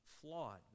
flawed